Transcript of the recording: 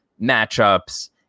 matchups